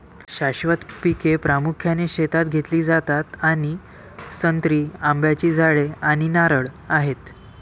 शाश्वत पिके प्रामुख्याने शेतात घेतली जातात आणि संत्री, आंब्याची झाडे आणि नारळ आहेत